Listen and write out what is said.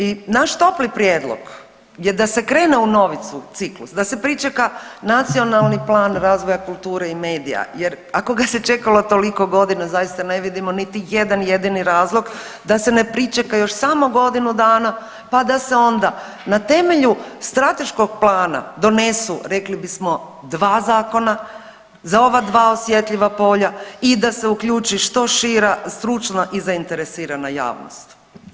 I naš topli prijedlog je da se krene u novi ciklus, da se pričeka Nacionalni plan razvoja kulture i medija, jer ako ga se čekalo toliko godina zaista ne vidimo niti jedan jedini razlog da se ne pričeka još samo godinu dana, pa da se onda na temelju strateškog plana donesu rekli bismo dva zakona za ova dva osjetljiva polja i da se uključi što šira stručna i zainteresirana javnost.